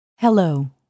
Hello